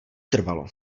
trvalo